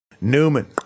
Newman